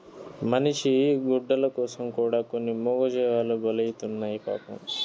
మనిషి గుడ్డల కోసం కూడా కొన్ని మూగజీవాలు బలైతున్నాయి పాపం